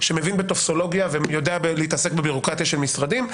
שמבין בטופסולוגיה ויודע להתעסק בביורוקרטיה של המשרדים.